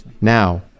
Now